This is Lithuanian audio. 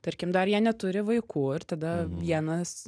tarkim dar jie neturi vaikų ir tada vienas